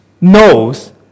knows